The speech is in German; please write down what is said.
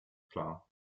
klar